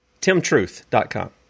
Timtruth.com